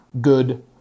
good